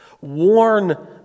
Warn